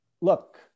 look